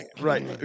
right